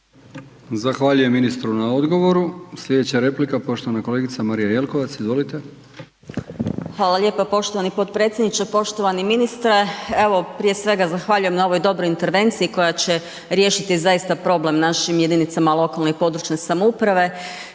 Zahvaljujem ministru na odgovoru. Sljedeća replika, poštovana kolegica Marija Jelkovac. Izvolite. **Jelkovac, Marija (HDZ)** Hvala lijepo poštovani potpredsjedniče. Poštovani ministre. Evo prije svega zahvaljujem na ovoj dobroj intervenciji koja će riješiti problem našim jedinicama lokalne i područne samouprave